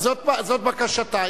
זאת בקשתה.